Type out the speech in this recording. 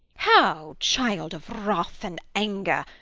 how, child of wrath and anger!